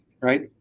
right